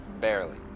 Barely